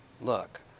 look